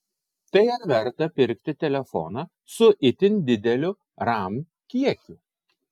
tai ar verta pirkti telefoną su itin dideliu ram kiekiu